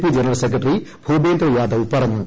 P general secretary ഭൂപ്പേന്ദ്രിയാദ്ധ് പറഞ്ഞു